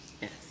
Yes